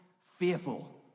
fearful